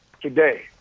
today